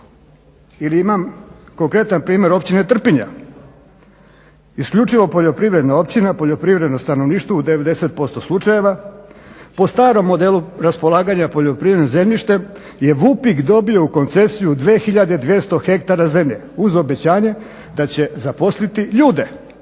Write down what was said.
Ili imam konkretan primjer općine Trpinja, isključivo poljoprivredna općina, poljoprivredno stanovništvo u 90% slučajeva. Po starom modelu raspolaganja poljoprivrednim zemljištem je Vupik dobio u koncesiju 2200 hektara zemlje uz obećanje da će zaposliti ljude.